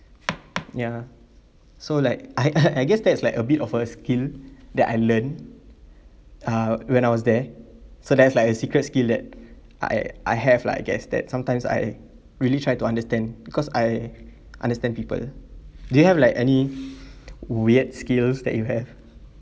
ya so like I I guess that's like a bit of a skill that I learn uh when I was there so that is like a secret skill that I I have lah I guess that sometimes I really try to understand because I understand people do you have like any weird skills that you have